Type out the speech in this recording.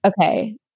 Okay